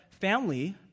family